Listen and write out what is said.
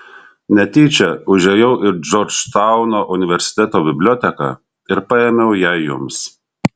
netyčia užėjau į džordžtauno universiteto biblioteką ir paėmiau ją jums